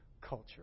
culture